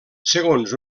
segons